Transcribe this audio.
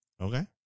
Okay